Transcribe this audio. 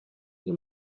nie